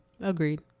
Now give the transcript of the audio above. Agreed